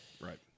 right